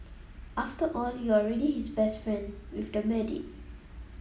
after all you're already his best friend with the medic